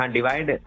Divide